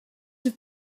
have